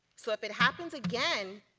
so if it happens again,